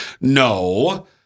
No